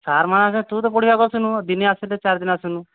sir ମାନେ ତୁ ତ ପଢ଼ିବାକୁ ଆସୁନୁ ଦିନେ ଆସିଲେ ଚାରିଦିନ ଆସୁନୁ